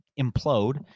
implode